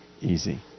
easy